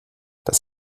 das